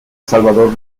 salvador